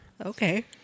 Okay